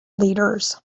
leaders